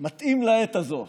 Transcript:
שמתאים לעת הזאת.